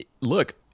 Look